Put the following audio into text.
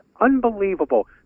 unbelievable